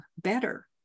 better